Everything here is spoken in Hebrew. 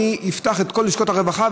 אני אפתח את כל לשכות הרווחה,